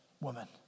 woman